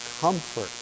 comfort